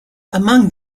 among